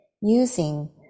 using